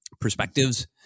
perspectives